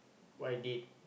what I did